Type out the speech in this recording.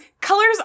colors